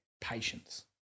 patience